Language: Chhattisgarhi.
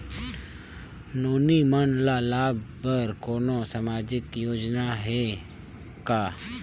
नोनी मन ल लाभ बर कोनो सामाजिक योजना हे का?